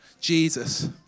Jesus